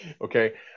okay